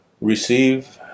receive